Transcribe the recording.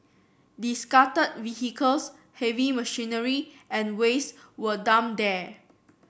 discarded vehicles heavy machinery and waste were dumped there